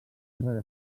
carrera